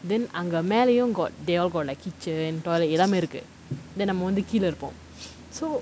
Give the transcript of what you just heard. then அங்க மேலையும்:anga melaiyum got they all got like kitchen toilet எல்லாமே இருக்கு:ellaamae irukku then நம்ம வந்து கீழ இருப்போம்:namma vanthu keela iruppom so